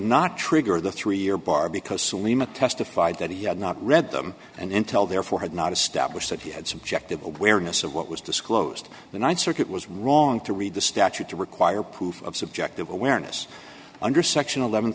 not trigger the three year bar because salema testified that he had not read them and intel therefore had not established that he had subjective awareness of what was disclosed the th circuit was wrong to read the statute to require proof of subjective awareness under section